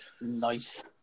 nice